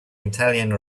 italian